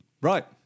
Right